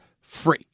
free